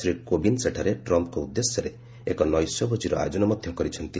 ଶ୍ରୀ କୋବିନ୍ଦ ସେଠାରେ ଟ୍ରମ୍ପ୍ଙ୍କ ଉଦ୍ଦେଶ୍ୟରେ ଏକ ନୈଶଭୋଜିର ଆୟୋଜନ ମଧ୍ୟ କରିଛନ୍ତି